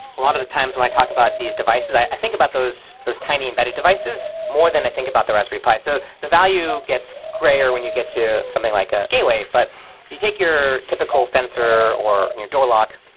a lot of the times when i talk about these devices, i think about those those tiny embedded devices more than i think about the raspberry pi. so the value gets gray, or when you get to something like a gateway. but you take your typical sensor, or your door lock,